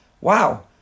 Wow